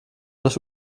das